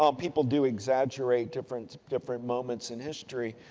um people do exaggerate different different moments in history.